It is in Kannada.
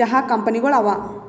ಚಹಾ ಕಂಪನಿಗೊಳ್ ಅವಾ